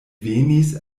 venis